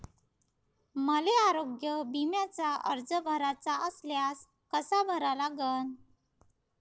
मले आरोग्य बिम्याचा अर्ज भराचा असल्यास कसा भरा लागन?